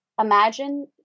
imagine